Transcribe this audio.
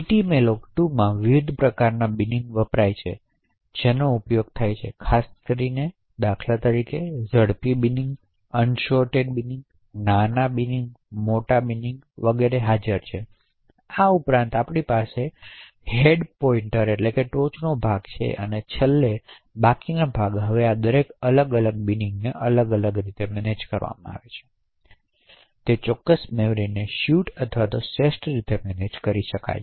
ptmalloc2 માં વિવિધ પ્રકારના બીનીંગ વપરાય છે જેનો ઉપયોગ થાય છે ખાસ કરીને ઝડપી બિનિંગ અનસોર્ટેડ બીનીંગ નાના બીનીંગ મોટા બીનીંગ છે તેથી આ ઉપરાંત આપણી પાસે ટોચનો ભાગ અને છેલ્લા બાકીની ભાગ હવે આ દરેક અલગ અલગ બીનીંગને અલગ રીતે મેનેજ કરવામાં આવે છે જેથી તે ચોક્કસ મેમરીને સ્યુટ અને શ્રેષ્ઠ રીતે મેનેજ કરી શકાય